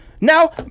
Now